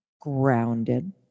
grounded